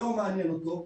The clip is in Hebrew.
היום מעניין אותו,